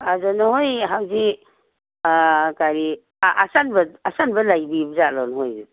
ꯑꯗꯣ ꯅꯣꯏ ꯍꯧꯖꯤꯛ ꯀꯔꯤ ꯑꯆꯤꯟꯕ ꯂꯩꯕꯤꯕꯖꯥꯠꯂꯣ ꯅꯣꯏꯁꯤ